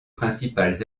principales